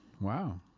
wow